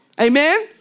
Amen